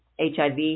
HIV